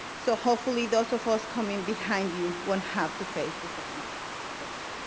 so hopefully those of us coming behind you won't have to face the same issues. thank you.